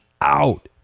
out